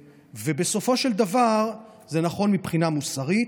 ובסופו של דבר זה נכון מבחינה מוסרית,